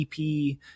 EP